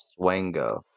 Swango